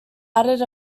added